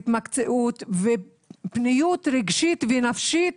התמקצעות ופניות רגשית ונפשית